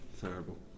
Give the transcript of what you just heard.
terrible